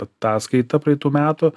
ataskaitą praeitų metų